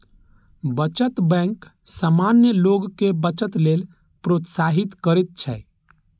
बचत बैंक सामान्य लोग कें बचत लेल प्रोत्साहित करैत छैक